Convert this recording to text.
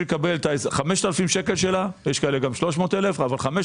כדי לקבל 5,000 שקלים - יש כאלה שמקבלות 300 אלף אבל אגודה בפריפריה